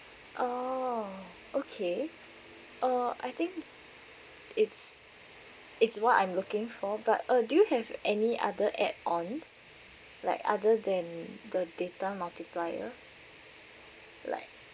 ah okay uh I think it's it's what I'm looking for but uh do you have any other add ons like other than the data multiplier like